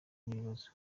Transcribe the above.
n’ibibazo